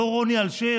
לא רוני אלשיך,